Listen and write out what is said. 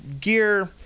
gear